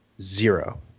zero